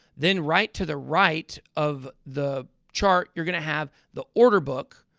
then right to the right of the chart, you're going to have the order book.